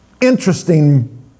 interesting